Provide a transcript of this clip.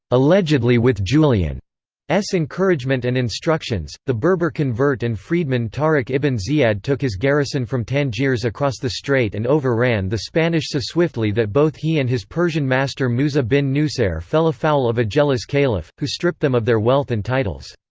allegedly with julian's encouragement and instructions, the berber convert and freedman tariq ibn ziyad took his garrison from tangiers across the strait and overran the spanish so swiftly that both he and his persian master musa bin nusayr fell afoul of a jealous caliph, who stripped them of their wealth and titles.